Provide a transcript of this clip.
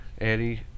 Eddie